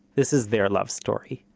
this is their love story.